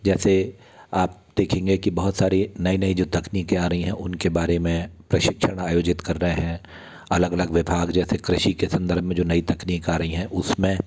जैसे आप देखेंगे कि बहुत सारी नई नई जो तकनीकें आ रही हैं उनके बारे में प्रशिक्षण आयोजित कर रहे हैं अलग अलग विभाग जैसे कृषि के संदर्भ में जो नई तकनीक आ रही हैं उसमें